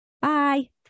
Bye